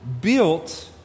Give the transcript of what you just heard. built